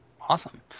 Awesome